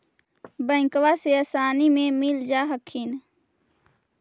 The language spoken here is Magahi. बैंकबा से आसानी मे मिल जा हखिन?